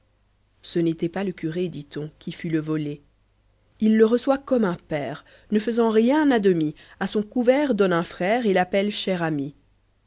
ce n'était pas le curé dit-on qui fut le volé le reçoit comme un père ne faisant rien à demi a son couvert donne lin frère et l'appelle cher ami